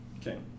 Okay